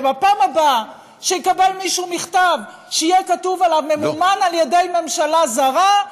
ובפעם הבאה שיקבל מישהו מכתב שיהיה כתוב עליו "ממומן על-ידי ממשלה זרה",